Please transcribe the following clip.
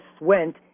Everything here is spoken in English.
went